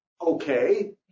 okay